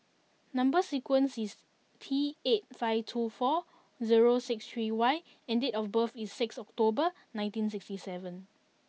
number sequence is T eight five two four zero six three Y and date of birth is six October nineteen sixty seven